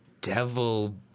devil